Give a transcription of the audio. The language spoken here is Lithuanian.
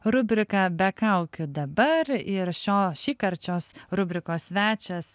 rubrika be kaukių dabar ir šio šįkart šios rubrikos svečias